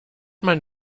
man